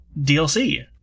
DLC